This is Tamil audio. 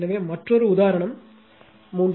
எனவே மற்றொறு உதாரணம் 3